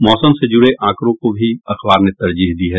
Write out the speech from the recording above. मौसम से जुड़े आंकड़ों को भी अखबार ने तरजीह दी है